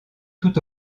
tout